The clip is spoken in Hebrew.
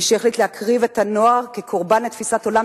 מי שהחליט להקריב את הנוער כקורבן לתפיסת עולם